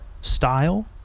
style